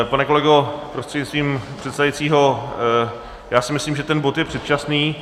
Pane kolego, prostřednictvím předsedajícího, já si myslím, že ten bod je předčasný.